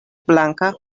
blanka